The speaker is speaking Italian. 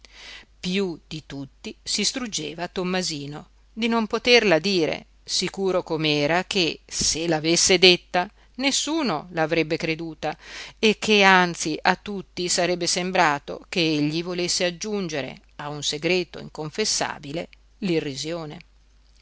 piú di tutti si struggeva tommasino di non poterla dire sicuro com'era che se l'avesse detta nessuno la avrebbe creduta e che anzi a tutti sarebbe sembrato che egli volesse aggiungere a un segreto inconfessabile